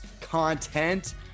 content